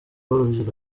w’urubyiruko